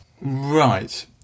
right